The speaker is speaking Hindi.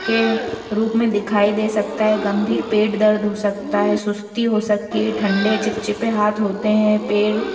के रूप में दिखाई दे सकता है गम्भीर पेट दर्द हो सकता है सुस्ती हो सकती है ठंडे चिपचिपे हाथ होते हैं पैर